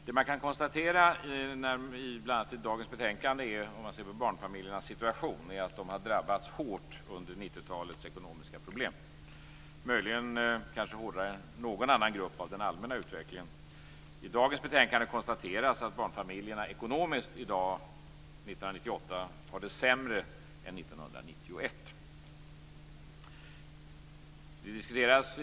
Det som kan konstateras beträffande bl.a. dagens betänkande och sett till barnfamiljernas situation är att barnfamiljerna har drabbats hårt av 90-talet ekonomiska problem. Möjligen har barnfamiljerna drabbats hårdare av den allmänna utvecklingen än någon annan grupp. I dagens betänkande konstateras att barnfamiljerna ekonomiskt i dag, 1998, har det sämre än de hade 1991.